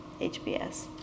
HBS